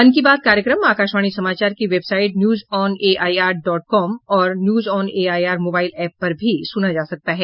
मन की बात कार्यक्रम आकाशवाणी समाचार की वेबसाइट न्यूजऑनएआईआर डॉट कॉम और न्यूजऑनएआईआर मोबाईल एप पर भी सुना जा सकता है